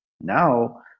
Now